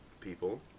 people